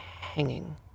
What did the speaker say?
hanging